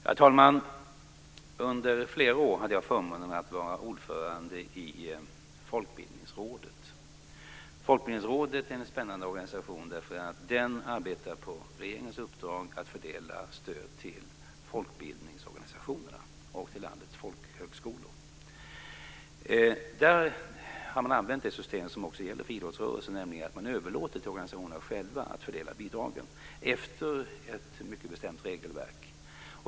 Herr talman! Under flera år hade jag förmånen att vara ordförande i Folkbildningsrådet. Folkbildningsrådet är en spännande organisation. Den arbetar på regeringens uppdrag med att fördela stöd till folkbildningsorganisationerna och till landets folkhögskolor. Där har man använt det system som också gäller för idrottsrörelsen, nämligen att man överlåter till organisationerna själva att fördela bidragen efter ett mycket bestämt regelverk.